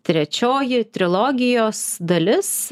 trečioji trilogijos dalis